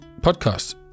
podcast